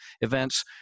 events